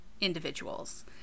individuals